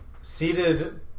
seated